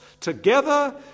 together